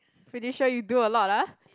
pretty sure you do a lot ah